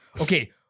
okay